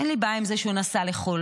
אין לי בעיה עם זה שהוא נסע לחו"ל,